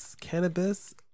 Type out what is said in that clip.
Cannabis